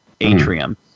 atrium